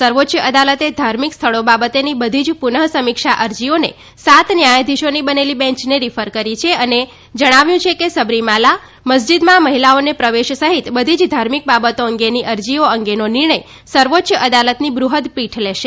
સર્વોચ્ય અદાલતે ધાર્મિક સ્થળો બાબતેની બધી જ પુનઃ સમીક્ષા અરજીઓને સાત ન્યાયાધીશોની બનેલી બેન્ચને રીફર કરી છે અને જણાવ્યું છે કે સબરીમાલા મસ્જિદમાં મહિલાઓને પ્રવેશ સહિત બધી જ ધાર્મિક બાબતો અંગેની અરજીઓ અંગેનો નિર્ણય સર્વોચ્ય અદાલતની બૃહ્દપીઠ લેશે